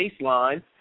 baseline